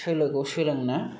सोलोखौ सोलोंना